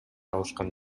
алышкан